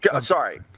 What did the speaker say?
Sorry